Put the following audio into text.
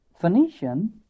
Phoenician